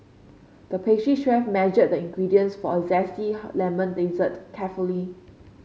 the pastry chef measured the ingredients for a zesty lemon dessert carefully